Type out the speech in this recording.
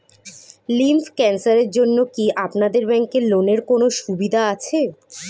Lymph ক্যানসারের জন্য কি আপনাদের ব্যঙ্কে লোনের কোনও সুবিধা আছে?